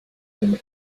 him